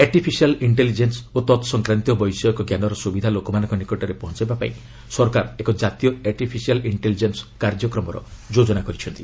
artificial ଇକ୍ଷେଲିକେନ୍ ଓ ତତ୍ସଂକ୍ରାନ୍ତୀୟ ବୈଷୟିକ ଜ୍ଞାନର ସ୍ରବିଧା ଲୋକମାନଙ୍କ ନିକଟରେ ପହଞ୍ଚାଇବାପାଇଁ ସରକାର ଏକ ଜାତୀୟ ଆର୍ଟିଫିସିଆଲ୍ ଇକ୍ଷେଲିଜେନ୍ସ କାର୍ଯ୍ୟକ୍ରମର ଯୋଜନା କରିଛନ୍ତି